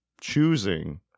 choosing